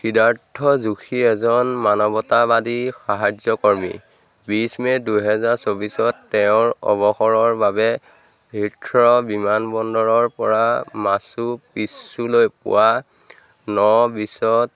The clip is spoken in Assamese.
সিদ্ধাৰ্থ যোশী এজন মানৱতাবাদী সাহায্যকৰ্মী বিছ মে' দুহেজাৰ চৌব্বিছত তেওঁৰ অৱসৰৰ বাবে হিথ্ৰ' বিমান বন্দৰৰ পৰা মাচু পিচ্চুলৈ পুৱা ন বিছ